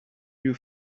you